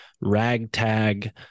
ragtag